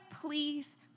please